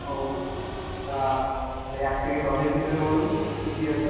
ও তা ওই এক থেকে দশের ভিতরে বলুন কী কী আছে